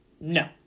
no